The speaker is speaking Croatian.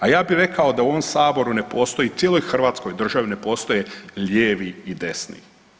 A ja bi rekao da u ovom saboru ne postoji i u cijeloj hrvatskoj državi ne postoje lijevi i desni.